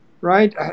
right